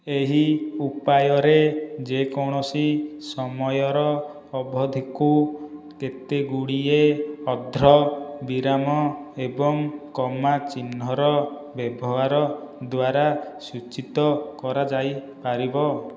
ଏହି ଉପାୟରେ ଯେକୌଣସି ସମୟର ଅବଧିକୁ କେତେ ଗୁଡ଼ିଏ ଅର୍ଦ୍ଧବିରାମ ଏବଂ କମା ଚିହ୍ନର ବ୍ୟବହାର ଦ୍ୱାରା ସୂଚୀତ କରାଯାଇପାରିବ